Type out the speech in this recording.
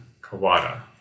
Kawada